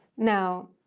now,